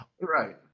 Right